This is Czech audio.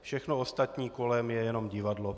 Všechno ostatní kolem je jenom divadlo.